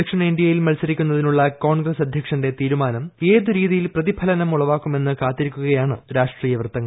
ദക്ഷിണേന്തൃയിൽ മത്സരിക്കുന്നതിനുള്ള കോൺഗ്രസ് അധ്യക്ഷന്റെ തീരുമാനം ഏതുരീതിയിൽ പ്രതിഫലനം ഉളവാക്കു മെന്ന് കാത്തിരിക്കുകയാണ് രാഷ്ട്രീയ വൃത്തങ്ങൾ